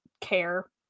care